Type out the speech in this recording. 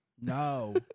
no